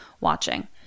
watching